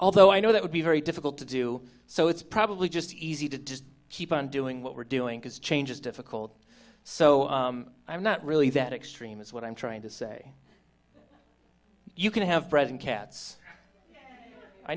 although i know that would be very difficult to do so it's probably just easy to just keep on doing what we're doing because change is difficult so i'm not really that extreme is what i'm trying to say you can have bred in cats i